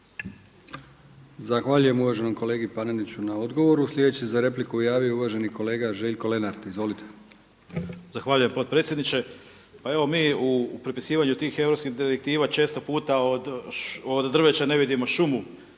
Zahvaljujem uvaženom kolegi Paneniću na odgovoru. Slijedeći za repliku se javio uvaženi kolege Željko Lenart. Izvolite. **Lenart, Željko (HSS)** Zahvaljujem potpredsjedniče. Pa evo mi u prepisivanju tih europskih direktiva često puta od drveća ne vidimo šumu